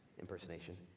impersonation